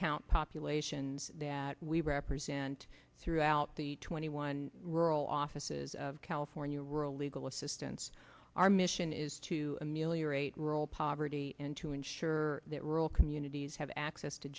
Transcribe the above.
count populations that we represent throughout the twenty one rural offices of california rural legal assistance our mission is to ameliorate rural poverty and to ensure that rural communities have access to